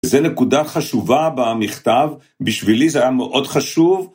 זה נקודה חשובה במכתב, בשבילי זה היה מאוד חשוב.